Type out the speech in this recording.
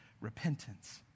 repentance